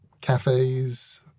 cafes